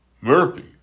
Murphy